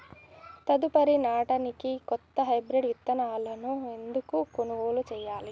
తదుపరి నాడనికి కొత్త హైబ్రిడ్ విత్తనాలను ఎందుకు కొనుగోలు చెయ్యాలి?